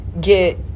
get